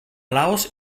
laos